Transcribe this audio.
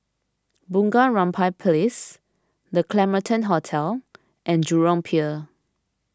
Bunga Rampai Place the Claremont Hotel and Jurong Pier